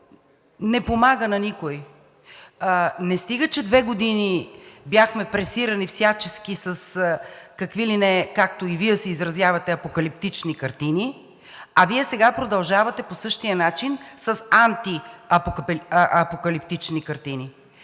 не помага на никого. Не стига, че две години бяхме пресирани всячески с какви ли не, както и Вие се изразявате, апокалиптични картини, а Вие сега продължавате по същия начин с антиапокалиптични картини.